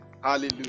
hallelujah